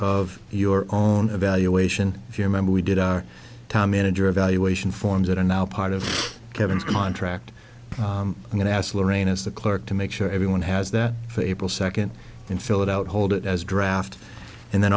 of your own evaluation if you remember we did our time manager evaluation forms that are now part of kevin's contract i'm going to ask loriene as the clerk to make sure everyone has that for april second and fill it out hold it as draft and then